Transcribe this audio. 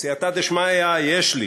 בסייעתא דשמיא, יש לי.